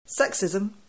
Sexism